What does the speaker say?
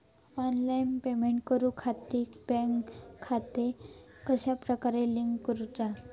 Online payment करुच्याखाती bank खाते कश्या प्रकारे लिंक करुचा?